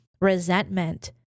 resentment